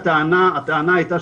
הטענה של האיש הייתה,